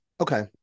Okay